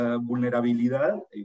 vulnerabilidad